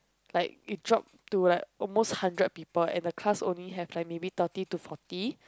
like it dropped to like almost hundred people and the class only have like maybe thirty to forty